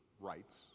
rights